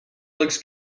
looks